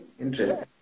interesting